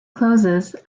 closes